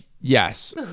yes